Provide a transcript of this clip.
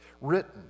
written